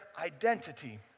identity